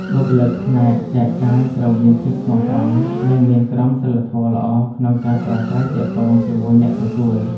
បុគ្គលិកផ្នែកចែកចាយត្រូវមានភាពស្មោះត្រង់ និងមានក្រមសីលធម៌ល្អក្នុងការប្រាស្រ័យទាក់ទងជាមួយអ្នកទទួល។